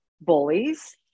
bullies